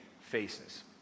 faces